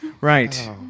Right